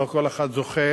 לא כל אחד זוכה